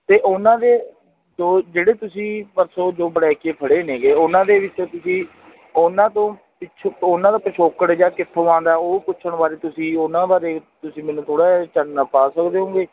ਅਤੇ ਉਹਨਾਂ ਦੇ ਦੋ ਜਿਹੜੇ ਤੁਸੀਂ ਪਰਸੋਂ ਜੋ ਬਲੈਕੀਏ ਫੜੇ ਨੇਗੇ ਉਹਨਾਂ ਦੇ ਵਿੱਚ ਤੁਸੀਂ ਉਹਨਾਂ ਤੋਂ ਪਿੱਛੋ ਉਹਨਾਂ ਦਾ ਪਿਛੋਕੜ ਜਾਂ ਕਿੱਥੋਂ ਆਉਂਦਾ ਉਹ ਪੁੱਛਣ ਬਾਰੇ ਤੁਸੀਂ ਉਹਨਾਂ ਬਾਰੇ ਤੁਸੀਂ ਮੈਨੂੰ ਥੋੜ੍ਹਾ ਜਿਹਾ ਚਾਨਣਾ ਪਾ ਸਕਦੇ ਹੋਗੇ